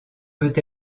peut